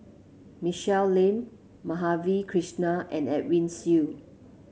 Michelle Lim Madhavi Krishnan and Edwin Siew